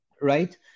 right